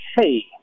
Hey